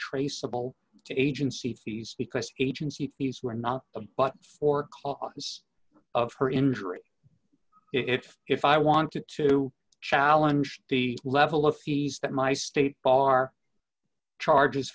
traceable to agency fees because agency fees were not of but for cause of her injury if if i wanted to challenge the level of fees that my state bar charges